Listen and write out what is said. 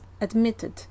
admitted